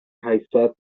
هشتصد